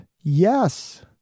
Yes